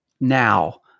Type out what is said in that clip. now